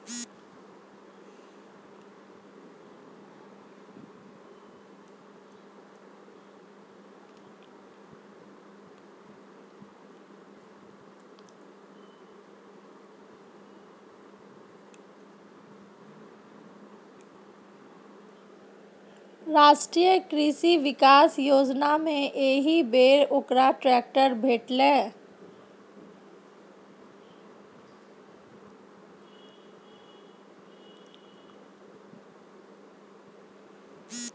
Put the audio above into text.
राष्ट्रीय कृषि विकास योजनामे एहिबेर ओकरा ट्रैक्टर भेटलै